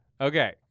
Okay